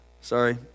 Sorry